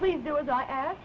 please do as i ask